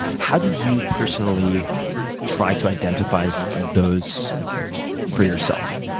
how do you personally try to identify so those for yourself?